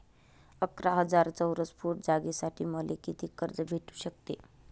अकरा हजार चौरस फुट जागेसाठी मले कितीक कर्ज भेटू शकते?